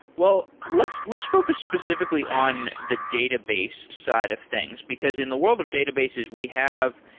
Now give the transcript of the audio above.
well, let's let's focus specifically on the database side of things, because in the world of databases, we have